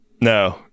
No